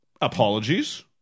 Apologies